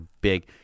big